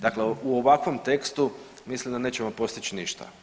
Dakle, u ovakvom tekstu mislim da nećemo postići ništa.